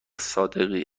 صادقی